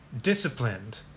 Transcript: disciplined